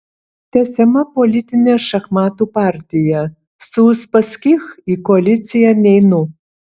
tęsiama politinė šachmatų partija su uspaskich į koaliciją neinu